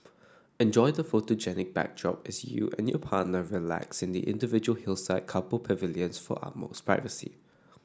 enjoy the photogenic backdrop as you and your partner relax in the individual hillside couple pavilions for utmost privacy